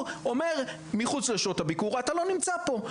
אומר מחוץ לשעות הביקור אתה לא נמצא פה.